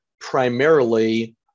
primarily